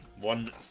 One